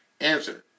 Answer